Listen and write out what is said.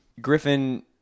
Griffin